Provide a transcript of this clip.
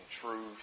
truth